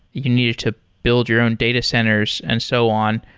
you needed to build your own data centers and so on.